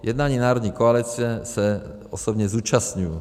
Jednání národní koalice se osobně zúčastňuji.